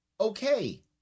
okay